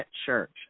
Church